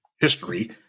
history